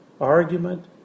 argument